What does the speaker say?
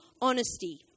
honesty